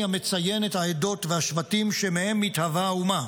המציין את העדות והשבטים שמהם מתהווה אומה.